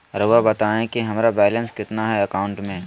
रहुआ बताएं कि हमारा बैलेंस कितना है अकाउंट में?